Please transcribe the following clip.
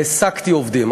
העסקתי עובדים.